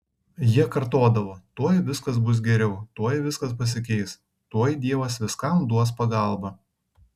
jie kartodavo tuoj viskas bus geriau tuoj viskas pasikeis tuoj dievas viskam duos pagalbą